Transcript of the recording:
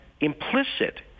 implicit